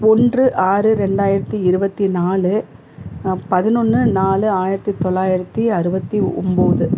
ஒன்று ஆறு ரெண்டாயிரத்தி இருபத்தி நாலு பதினொன்று நாலு ஆயிரத்தி தொள்ளாயிரத்தி அறுபத்தி ஒம்பது